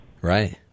right